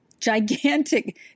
gigantic